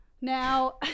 Now